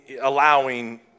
allowing